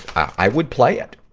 i would play it.